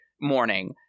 morning